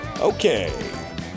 Okay